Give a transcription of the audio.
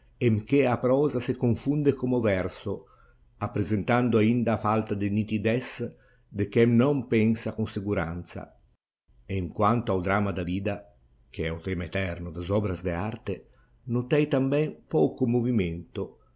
em que a prosa se confunde com o verso apresentando ainda a falta de nitidez de quem não pensa com segurança e emquanto ao drama da vida que é o thema eterno das obras de arte notei tambem pouco movimento